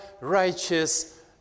righteous